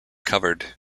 covered